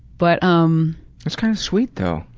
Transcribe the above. but um that's kind of sweet, though.